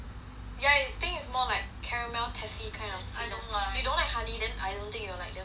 yeah I think it's more like caramel taffy kind of sweetness you don't like honey then I don't think you will like that kind